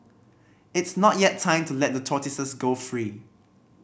it's not yet time to let the tortoises go free